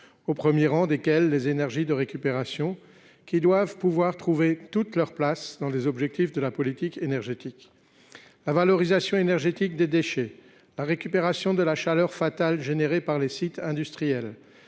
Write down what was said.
au premier rang desquels les énergies de récupération, qui doivent pouvoir trouver toute leur place dans les objectifs de la politique énergétique. La valorisation énergétique des déchets, la récupération de la chaleur fatale générée par les sites industriels,